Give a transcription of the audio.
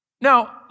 Now